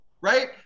right